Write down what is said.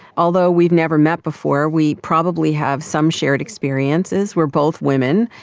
although we've never met before we probably have some shared experiences, we're both women.